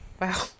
Wow